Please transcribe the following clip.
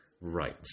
Right